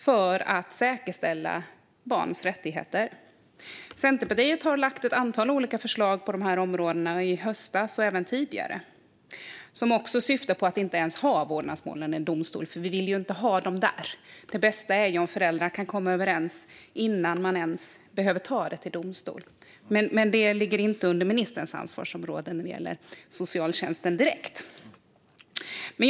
Centerpartiet har lagt ett antal olika förslag på dessa områden i höstas och även tidigare som också syftar till att inte ens ha vårdnadsmålen i domstol - för vi vill inte ha dem där. Det bästa är ju om föräldrarna kan komma överens innan man ens behöver ta det till domstol. Det som gäller socialtjänsten direkt ligger dock inte under ministerns ansvarsområde.